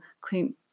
clean